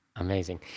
Amazing